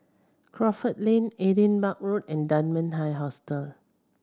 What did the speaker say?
Crawford Lane Edinburgh Road and Dunman High Hostel